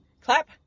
Clap